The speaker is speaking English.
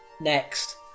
next